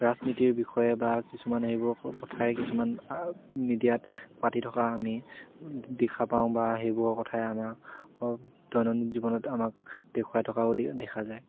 ৰাজনীতিৰ বিষয়ে বা কিছুমান এইবোৰৰ কথাই কিছুমান মিডিয়াত পাতি থকা আমি দেখা পাওঁ বা সেইবোৰৰ কথাই আমাক দৈনন্দিন জীৱনত আমাক দেখুৱাই থকাও দেখা যায়